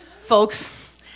Folks